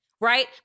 right